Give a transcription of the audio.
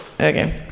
Okay